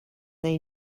they